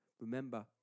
Remember